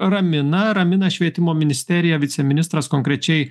ramina ramina švietimo ministerija viceministras konkrečiai